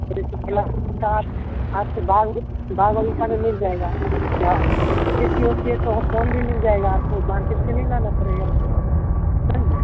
जैसे केला का पत्ता आप के बाग मे बाग मिल जाएगा खेती होती हे तो भी मिल जाएगा आपको मार्केट से नही लाना पड़ेगा समझे